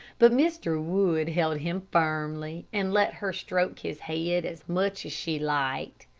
but mr. wood held him firmly, and let her stroke his head as much as she liked.